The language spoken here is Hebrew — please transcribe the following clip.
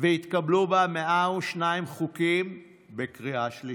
והתקבלו בה 102 חוקים בקריאה שלישית.